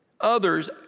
others